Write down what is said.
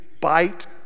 bite